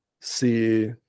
see